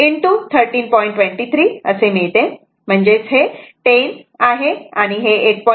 23 असे मिळते म्हणजेच हे 10 आहे आणि आणि हे 8